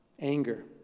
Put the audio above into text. anger